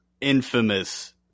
Infamous